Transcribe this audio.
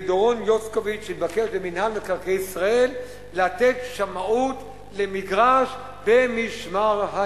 ודורון יוסקוביץ התבקש במינהל מקרקעי ישראל לתת שמאות למגרש במשמר-הנגב.